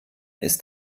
ist